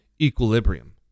equilibrium